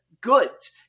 goods